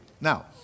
now